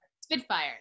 Spitfire